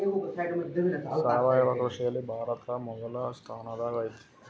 ಸಾವಯವ ಕೃಷಿಯಲ್ಲಿ ಭಾರತ ಮೊದಲ ಸ್ಥಾನದಾಗ್ ಐತಿ